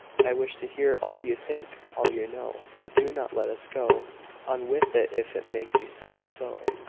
i wish to hear all you think all you know. but do not let us go on with it if it makes you sigh so.